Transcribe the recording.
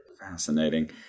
Fascinating